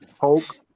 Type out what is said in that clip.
Hulk